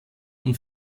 und